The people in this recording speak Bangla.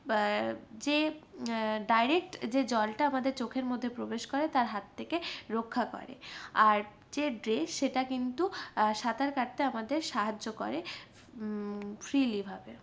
যে ডায়রেক্ট যে জলটা আমাদের চোখের মধ্যে প্রবেশ করে তার হাত থেকে রক্ষা করে আর যে ড্রেস সেটা কিন্তু সাঁতার কাটতে আমাদের সাহায্য করে ফ্রিলি ভাবে